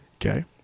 Okay